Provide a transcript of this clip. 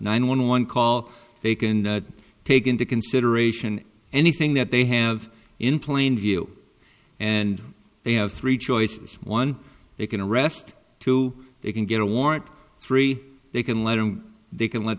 nine one one call they can take into consideration anything that they have in plain view and they have three choices one they can arrest two they can get a warrant three they can let him they can let